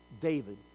David